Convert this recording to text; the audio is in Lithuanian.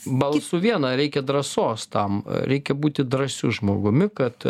balsu vieną reikia drąsos tam reikia būti drąsiu žmogumi kad